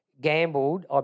gambled